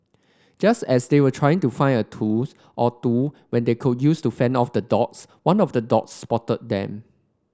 just as they were trying to find a tools or two when they could use to fend off the dogs one of the dogs spotted them